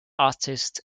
artist